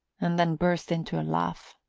and then burst into a laugh.